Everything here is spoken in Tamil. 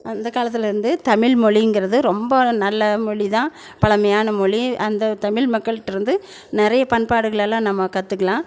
அந்த காலத்திலருந்தே தமிழ் மொழிங்கிறது ரொம்ப நல்ல மொழி தான் பழமையான மொழி அந்த தமிழ் மக்கள்கிட்டருந்து நிறைய பண்பாடுகள் எல்லாம் நம்ம கற்றுக்கலாம்